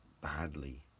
badly